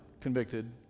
convicted